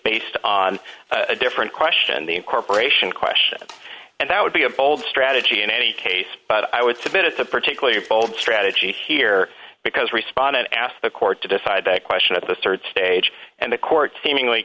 based on a different question the incorporation question and that would be a bold strategy in any case but i would submit it to particularly bold strategy here because respondent asked the court to decide that question at the rd stage and the court seemingly